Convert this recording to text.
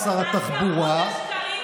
שב, בבקשה.